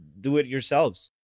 do-it-yourselves